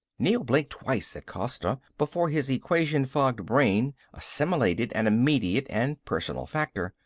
neel blinked twice at costa before his equation-fogged brain assimilated an immediate and personal factor.